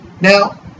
Now